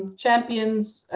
and champions.